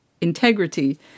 integrity